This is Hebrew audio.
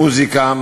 מוזיקה,